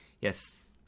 Yes